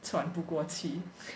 喘不过气